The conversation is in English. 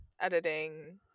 editing